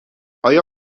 آیا